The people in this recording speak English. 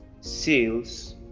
sales